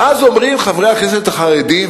ואז אומרים חברי הכנסת החרדים,